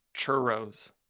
churros